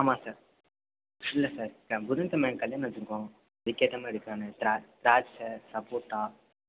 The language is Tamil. ஆமாம் சார் இல்லை சார் சார் புதன்கிழம ஏன் கல்யாணம் வச்சிருக்கோம் அதுக்கு ஏற்றா மாதிரி ப்ளானு திராட் திராட்சை சப்போட்டா